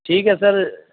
ٹھیک ہے سر